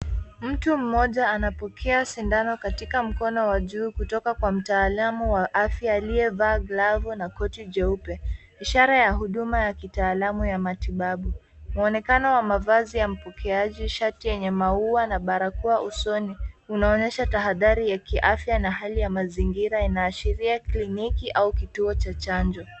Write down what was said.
Mtu mmoja anapokea sindano katika mkono wa juu kutoka kwa mtaalamu wa afya aliyevaa glavu na koti jeupe ishara ya huduma ya kitaalamu ya matibabu. Muonekano wa mavazi ya mpokeaji, shati yenye maua na barakoa usoni unaonyesha tahadhari ya kiafya na hali ya mazingira inaashiria klininki au kituo cha chanjo.